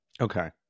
Okay